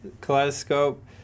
Kaleidoscope